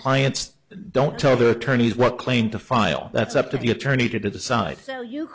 clients don't tell the attorneys what claim to file that's up to the attorney to decide